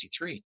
1963